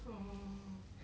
orh